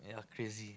yeah crazy